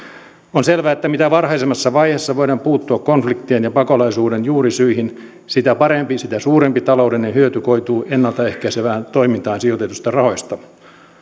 on selvää että mitä varhaisemmassa vaiheessa voidaan puuttua konfliktien ja pakolaisuuden juurisyihin sitä parempi sitä suurempi taloudellinen hyöty koituu ennalta ehkäisevään toimintaan sijoitetuista rahoista